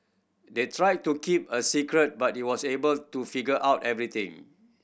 they tried to keep it a secret but he was able to figure out everything